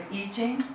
eating